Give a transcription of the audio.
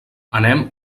anem